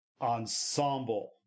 ensemble